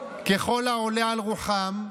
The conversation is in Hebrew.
ככל העולה על רוחם,